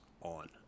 on